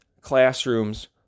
classrooms